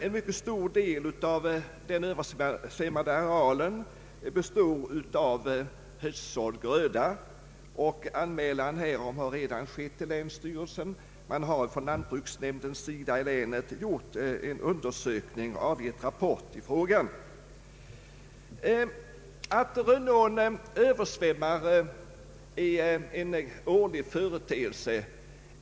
En mycket stor del av den översvämmade arealen består av höstsådd gröda, och anmälan härom har redan gjorts till länsstyrelsen. Man har inom lantbruksnämnden i länet gjort en undersökning och avgivit en rapport i frågan. Det är en årlig företeelse att Rönneån svämmar Över.